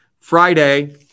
Friday